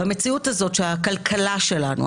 במציאות הזאת שהכלכלה שלנו,